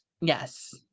yes